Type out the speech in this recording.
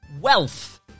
wealth